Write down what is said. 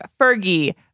Fergie